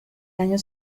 año